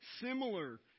similar